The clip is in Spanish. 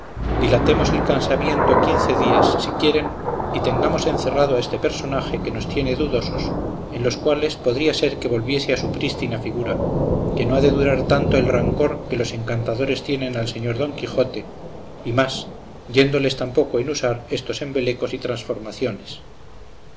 maña dilatemos el casamiento quince días si quieren y tengamos encerrado a este personaje que nos tiene dudosos en los cuales podría ser que volviese a su prístina figura que no ha de durar tanto el rancor que los encantadores tienen al señor don quijote y más yéndoles tan poco en usar estos embelecos y transformaciones